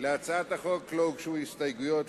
להצעת החוק לא הוגשו הסתייגויות,